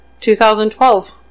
2012